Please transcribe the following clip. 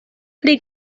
pli